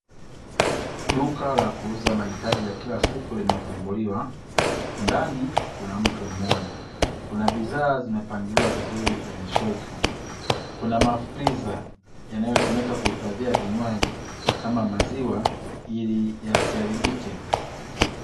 Duka la kuuza mahitaji ya kilasiku limefunguliwa, ndani kuna mtu mmoja kuna bidhaa zimepangiliwa vizuri kwenye shelfu, kuna mafriza, yanayotumika kuhifadhia vinywaji kama maziwa, iliyasiharibike.